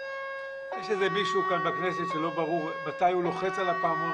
אם זה באמצעות הפחתה במקור,